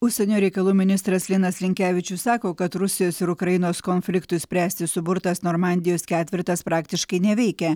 užsienio reikalų ministras linas linkevičius sako kad rusijos ir ukrainos konfliktui spręsti suburtas normandijos ketvertas praktiškai neveikia